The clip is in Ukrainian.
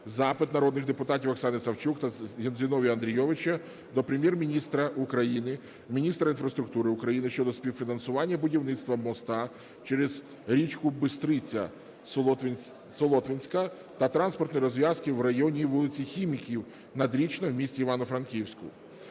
Запит народних депутатів Оксани Савчук та Зіновія Андрійовича до Прем'єр-міністра України, міністра інфраструктури України щодо співфінансування будівництва моста через річку Бистриця Солотвинська та транспортної розв'язки в районі вул. Хіміків - Надрічна в місті Івано-Франківську.